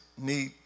need